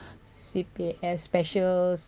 C_P_F specials